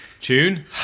Tune